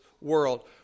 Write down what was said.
world